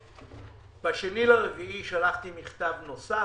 ב-2 בדצמבר שלחתי מכתב נוסף.